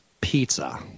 Pizza